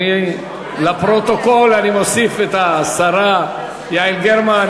50 בעד, אין מתנגדים, אין נמנעים.